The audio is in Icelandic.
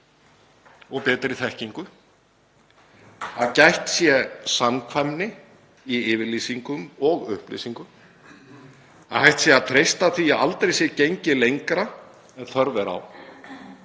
og betri þekkingu, að gætt sé samkvæmni í yfirlýsingum og upplýsingum, að hægt sé að treysta því að aldrei sé gengið lengra en þörf er á,